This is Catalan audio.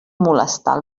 molestar